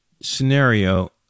scenario